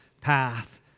path